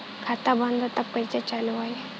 खाता बंद ह तब कईसे चालू होई?